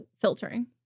filtering